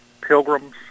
Pilgrims